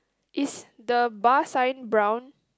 is the bar sign brown